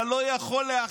אתה לא יכול להכיל,